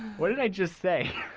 what did i just say?